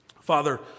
Father